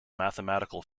mathematical